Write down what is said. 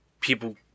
people